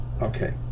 Okay